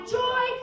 joy